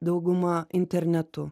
dauguma internetu